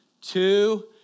two